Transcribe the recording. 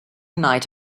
night